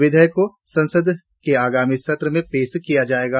विधेयक को संसद के आगामी सत्र में पेश किया जाएगा